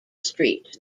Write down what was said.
street